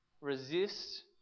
Resist